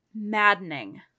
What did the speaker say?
maddening